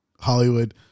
Hollywood